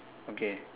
okay